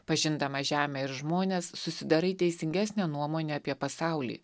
pažindama žemę ir žmones susidarai teisingesnę nuomonę apie pasaulį